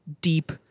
deep